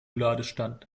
ladestand